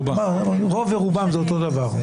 רוב ורובם זה אותו דבר.